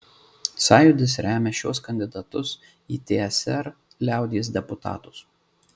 sąjūdis remia šiuos kandidatus į tsrs liaudies deputatus